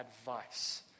advice